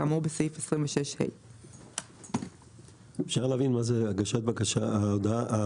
כאמור בסעיף 26ה. אפשר להבין מה זה הגשת בקשה דיגיטלית?